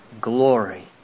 glory